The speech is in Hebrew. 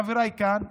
חבריי כאן,